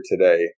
today